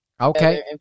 Okay